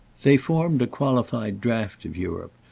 they formed a qualified draught of europe,